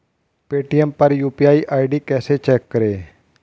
Paytm पर UPI ID कैसे check करें?